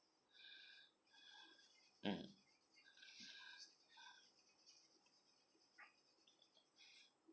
mm